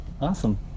Awesome